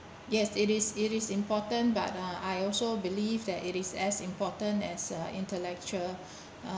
yes it is it is important but uh I also believe that it is as important as uh intellectual